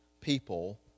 people